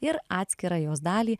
ir atskirą jos dalį